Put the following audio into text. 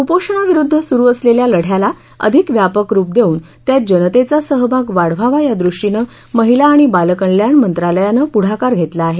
कुपोषणविरुद्ध सुरू असलेल्या लढयाला अधिक व्यापक रूप देऊन त्यात जनतेचा सहभाग वाढवावा यादृष्टीनं महिला आणि बालकल्याण मंत्रालयानं पुढाकार घेतला आहे